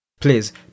Please